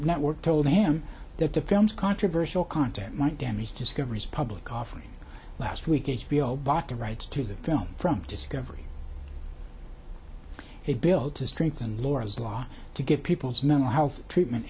network told him that the film's controversial content might damage discovery's public offering last week h b o bought the rights to the film from discovery a bill to strengthen laura's law to get people's mental health treatment